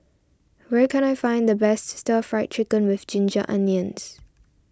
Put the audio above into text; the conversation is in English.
where can I find the best Stir Fry Chicken with Ginger Onions